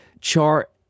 chart